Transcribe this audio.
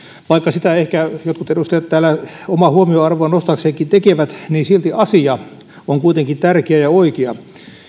vaikka sitä ehkä jotkut edustajat täällä omaa huomioarvoaan nostaakseenkin tekevät niin silti asia on kuitenkin tärkeä ja oikea